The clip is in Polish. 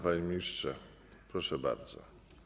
Panie ministrze, proszę bardzo.